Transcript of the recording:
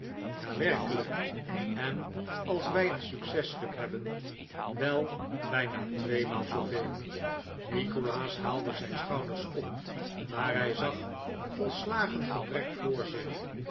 ja werkelijk en als wij een successtuk hebben wel bijna tweemaal zooveel nikolaas haalde zijn schouders op maar hij zag volslagen gebrek voor zich